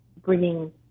bringing